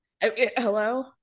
Hello